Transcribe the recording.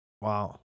Wow